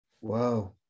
wow